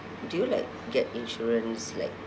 do you like get insurance like